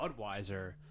Budweiser